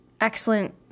excellent